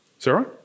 Sarah